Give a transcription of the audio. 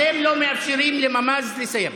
אתם לא מאפשרים לממ"ז לסיים.